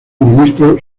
ministro